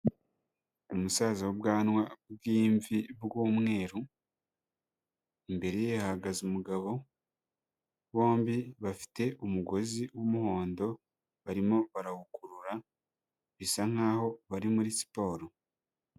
Umusaza w'ubwanwa bw'imvi, bw'umweru, imbere ye hahagaze umugabo, bombi bafite umugozi w'umuhondo barimo barawukurura, bisa nkaho bari muri siporo.